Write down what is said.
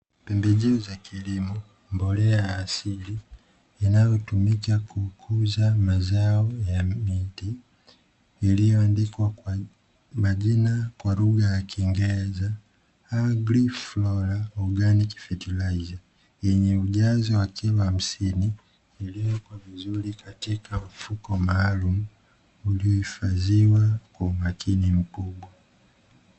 Pembejeo za kilimo, mbolea ya asili inayotumika kukuza mazao ya miti, iliyoandikwa majina kwa lugha ya kiingereza "agriflora organic fertilizer", yenye ujazo wa kilo hamsini iliyowekwa vizuri katika mfuko maalumu uliohifadhiwa kwa umakini mkubwa.